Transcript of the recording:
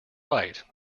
right